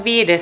asia